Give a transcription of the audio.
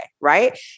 right